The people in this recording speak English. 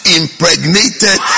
impregnated